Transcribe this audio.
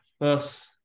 first